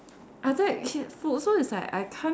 I like food so it's like I can't